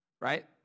Right